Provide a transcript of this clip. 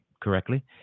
correctly